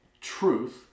truth